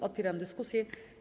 Otwieram dyskusję.